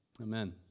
Amen